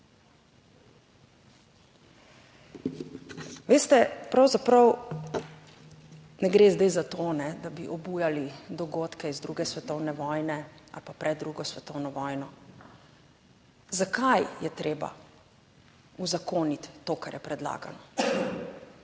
Veste, pravzaprav ne gre zdaj za to, da bi obujali dogodke iz 2. svetovne vojne ali pa pred 2. svetovno vojno. Zakaj je treba uzakoniti to, kar je predlagano?